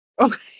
okay